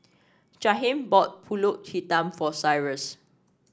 Jaheim bought pulut hitam for Cyrus